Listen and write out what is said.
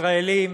ישראלים